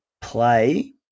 play